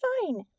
fine